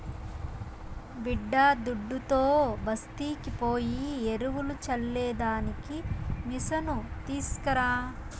బిడ్డాదుడ్డుతో బస్తీకి పోయి ఎరువులు చల్లే దానికి మిసను తీస్కరా